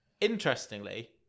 Interestingly